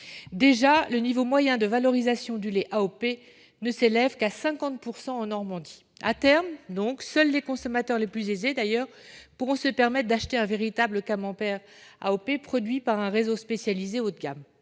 Déjà, le niveau moyen de valorisation du lait AOP ne s'élève qu'à 50 % en Normandie. À terme, seuls les consommateurs les plus aisés pourront se permettre d'acheter un véritable camembert AOP produit par un réseau spécialisé haut de gamme.